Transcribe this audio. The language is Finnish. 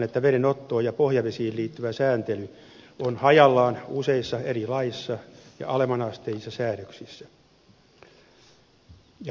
vedenottoon ja pohjavesiin liittyvä sääntely on hajallaan useissa eri laeissa ja alemman asteisissa säädöksissä